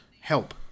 help